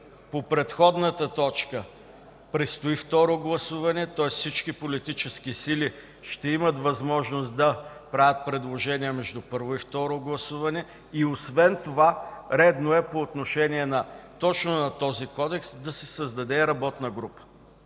по предходната точка – предстои второ гласуване, тоест всички политически сили ще имат възможност да правят предложения между първо и второ гласуване. Освен това редно е по отношение точно на този Кодекс да се създаде работна група,